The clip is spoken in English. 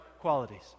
qualities